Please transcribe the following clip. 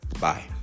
Bye